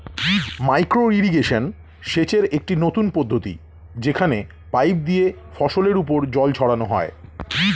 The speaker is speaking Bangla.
মাইক্রো ইরিগেশন সেচের একটি নতুন পদ্ধতি যেখানে পাইপ দিয়ে ফসলের উপর জল ছড়ানো হয়